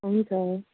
हुन्छ